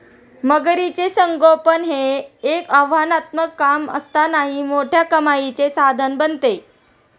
मगरीचे संगोपन हे एक आव्हानात्मक काम असतानाही मोठ्या कमाईचे साधन बनते